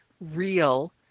real